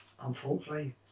unfortunately